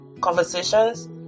conversations